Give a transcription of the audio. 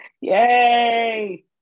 Yay